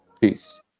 Peace